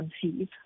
conceive